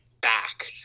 back